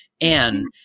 And-